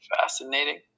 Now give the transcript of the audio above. fascinating